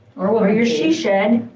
or or your she shed,